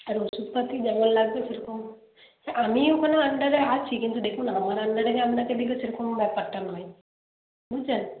আর ওষুধপাতি যেমন লাগবে সেরকম হ্যাঁ আমি ওখানে আন্ডারে আছি কিন্তু দেখুন আমার আন্ডারে যে আপনাকে দেবে সেরকম ব্যাপারটা নয় বুঝছেন